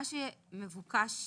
מה שמבוקש